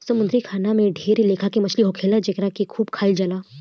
समुंद्री खाना में ढेर लेखा के मछली होखेले जेकरा के खूब खाइल जाला